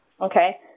Okay